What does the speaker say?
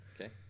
Okay